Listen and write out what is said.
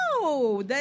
No